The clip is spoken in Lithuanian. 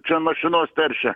čia mašinos teršia